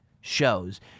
shows